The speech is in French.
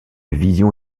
vision